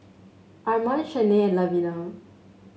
Armand Shanae and Lavina